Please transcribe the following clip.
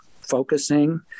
focusing